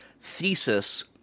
thesis